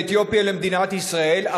מאתיופיה למדינת ישראל,